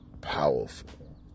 powerful